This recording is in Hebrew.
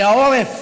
כי העורף